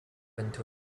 into